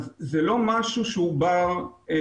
זה לא משהו בר-פיקוח,